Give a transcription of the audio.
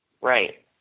right